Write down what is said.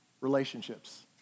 relationships